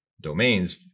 domains